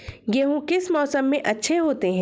गेहूँ किस मौसम में अच्छे होते हैं?